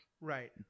right